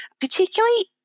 particularly